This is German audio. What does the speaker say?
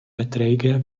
beträge